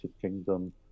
Kingdom